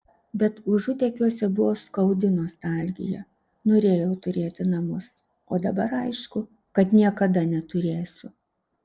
bet užutekiuose buvo skaudi nostalgija norėjau turėti namus o dabar aišku kad niekada neturėsiu